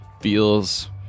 feels